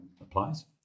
applies